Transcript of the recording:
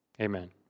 Amen